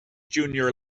junior